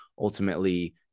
ultimately